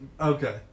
Okay